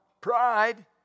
pride